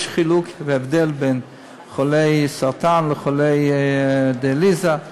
יש חילוק והבדל בין חולי סרטן לחולי דיאליזה,